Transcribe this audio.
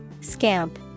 Scamp